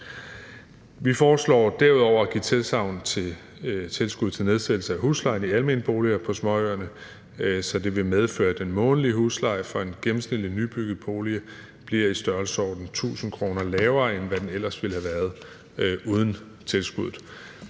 Vi foreslår derudover at give tilsagn til tilskud til nedsættelse af huslejen i almene boliger på småøerne, så det vil medføre, at den månedlige husleje for en gennemsnitlig, nybygget bolig bliver i størrelsesordenen 1.000 kr. lavere, end hvad den ellers ville have været uden tilskuddet.